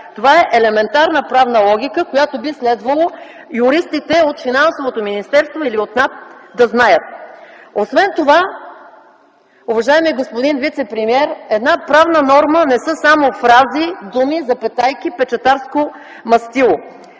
Това е елементарна правна логика, която би следвало юристите от Финансовото министерство или от НАП да знаят. Освен това, уважаеми господин вицепремиер, една правна норма не е само фрази, думи, запетайки, печатарско мастило,